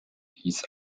hieß